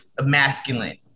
masculine